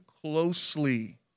closely